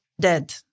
dead